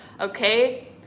okay